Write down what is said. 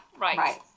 Right